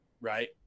right